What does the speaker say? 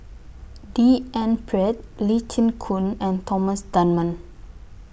D N Pritt Lee Chin Koon and Thomas Dunman